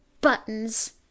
buttons